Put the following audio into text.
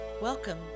Welcome